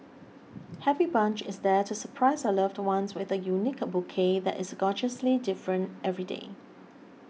Happy Bunch is there to surprise your loved one with a unique bouquet that is gorgeously different every day